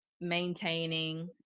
maintaining